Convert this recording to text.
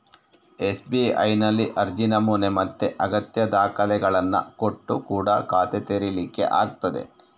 ಎಸ್.ಬಿ.ಐನಲ್ಲಿ ಅರ್ಜಿ ನಮೂನೆ ಮತ್ತೆ ಅಗತ್ಯ ದಾಖಲೆಗಳನ್ನ ಕೊಟ್ಟು ಕೂಡಾ ಖಾತೆ ತೆರೀಲಿಕ್ಕೆ ಆಗ್ತದೆ